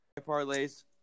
Parlays